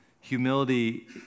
humility